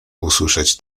usłyszeć